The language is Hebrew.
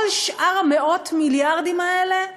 כל שאר מאות המיליארדים האלה,